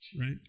right